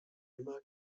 immer